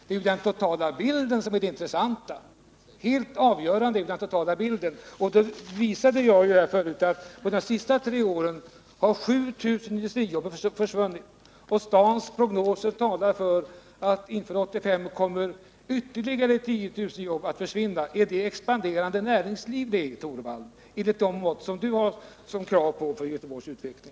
Det är ju den totala bilden som är den intressanta och det helt avgörande. Jag pekade ju nyss på att 7 000 industrijobb försvunnit i Göteborg under de senaste tre åren. Stadens prognoser talar för att inför 1985 kommer ytterligare 10 000 jobb att försvinna. Är det ett uttryck för ett expanderande näringsliv, Rune Torwald, enligt de mått centern har för kraven när det gäller Göteborgs utveckling?